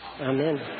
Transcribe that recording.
Amen